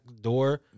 door